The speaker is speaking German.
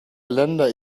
länder